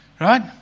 right